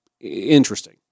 interesting